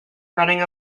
running